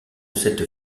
cette